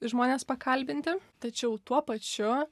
žmones pakalbinti tačiau tuo pačiu